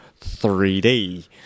3d